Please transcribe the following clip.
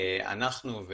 אנחנו,